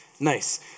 Nice